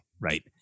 right